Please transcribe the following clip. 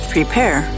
Prepare